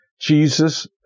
Jesus